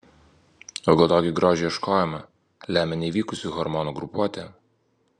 o gal tokį grožio ieškojimą lemia nevykusi hormonų grupuotė